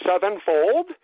sevenfold